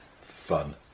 fun